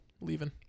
leaving